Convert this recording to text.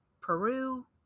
Peru